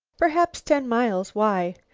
perhaps ten miles. why?